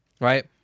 right